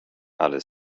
ale